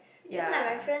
ya